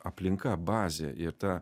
aplinka bazė ir ta